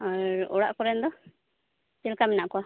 ᱟᱨ ᱚᱲᱟᱜ ᱠᱚᱨᱮᱱ ᱫᱚ ᱪᱮᱫ ᱞᱮᱠᱟ ᱢᱮᱱᱟᱜ ᱠᱚᱣᱟ